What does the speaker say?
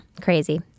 Crazy